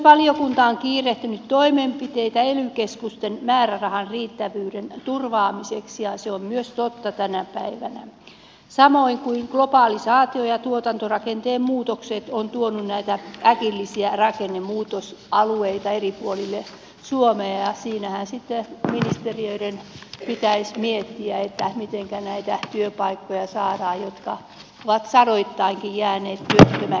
valiokunta on myös kiirehtinyt toimenpiteitä ely keskusten määrärahan riittävyyden turvaamiseksi ja se on myös totta tänä päivänä samoin kuin globalisaatio ja tuotantorakenteen muutokset ovat tuoneet näitä äkillisiä rakennemuutosalueita eri puolille suomea ja siinähän sitten ministeriöiden pitäisi miettiä mitenkä näitä työpaikkoja saadaan niille joita on sadoittainkin jäänyt työttömäksi